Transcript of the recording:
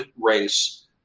race